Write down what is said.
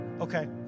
Okay